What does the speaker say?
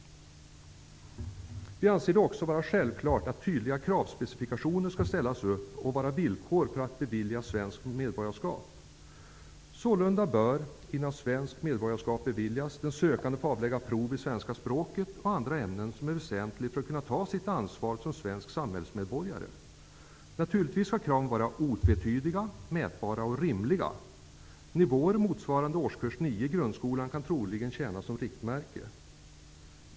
Vi anser det också vara självklart att tydliga kravspecifikationer skall ställas upp och vara villkor för att någon skall beviljas svenskt medborgarskap. Sålunda bör den sökande, innan svenskt medborgarskap beviljas, få avlägga prov i svenska språket -- och andra ämnen som är väsentliga för att han skall kunna ta sitt ansvar som svensk samhällsmedborgare. Naturligtvis skall kraven vara otvetydiga, mätbara och rimliga -- nivåer motsvarande årskurs 9 i grundskolan kan troligen tjäna som riktmärke.